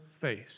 face